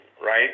right